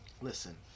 Listen